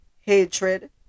hatred